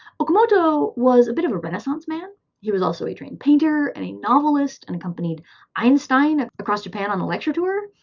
okamoto was a bit of a renaissance man he was also a trained painter, and a novelist, and accompanied einstein across japan on the lecture tour.